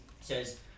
says